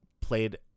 played